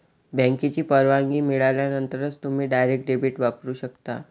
बँकेची परवानगी मिळाल्यानंतरच तुम्ही डायरेक्ट डेबिट वापरू शकता